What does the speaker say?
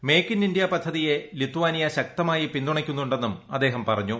make in India പദ്ധതിയെ Lithuania ശക്തമായി പിന്തുണയ്ക്കുന്നു ന്നും അദ്ദേഹം പറഞ്ഞു